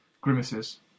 grimaces